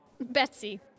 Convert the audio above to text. Betsy